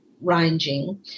ranging